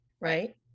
Right